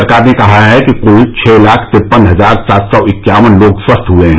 सरकार ने कहा है कि कुल छह लाख तिरपन हजार सात सौ इक्यावन लोग स्वस्थ हुए हैं